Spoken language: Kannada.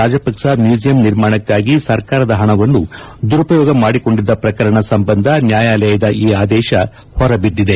ರಾಜಪಕ್ಸ ಮ್ಯೂಸಿಯಂ ನಿರ್ಮಾಣಕ್ಕಾಗಿ ಸರ್ಕಾರದ ಹಣವನ್ನು ದುರುಪಯೋಗ ಮಾಡಿಕೊಂಡಿದ್ದ ಪ್ರಕರಣ ಸಂಬಂಧ ನ್ಯಾಯಾಲಯದ ಈ ಆದೇಶ ಹೊರಬಿದ್ದಿದೆ